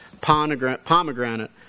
pomegranate